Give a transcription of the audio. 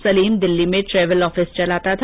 सलीम दिल्ली में travel office चलाता था